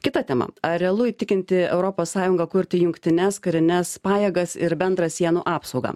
kita tema ar realu įtikinti europos sąjungą kurti jungtines karines pajėgas ir bendrą sienų apsaugą